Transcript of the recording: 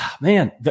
man